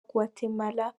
guatemala